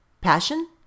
passion